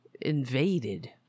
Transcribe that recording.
invaded